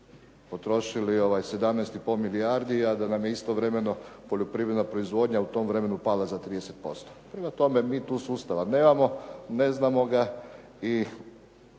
potrošili 17,5 milijardi, a da nam je istovremeno poljoprivredna proizvodnja u tom vremenu pala za 30%. Prema tome mi tu sustava nemamo, ne znamo ga i